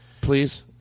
please